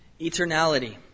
Eternality